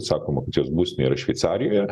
sakoma kad jos būstinė yra šveicarijoje